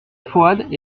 foad